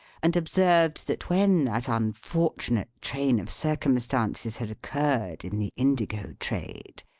and observed, that when that unfortunate train of circumstances had occurred in the indigo trade,